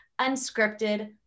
unscripted